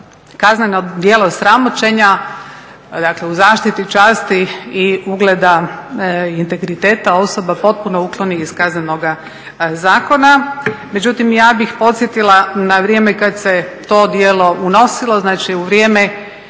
kazneno djelo sramoćenje, dakle u zaštiti časti i ugleda integriteta osoba potpuno ukloni iz Kaznenoga zakona. Međutim, ja bih podsjetila na vrijeme kad se to djelo unosilo. Znači u vrijeme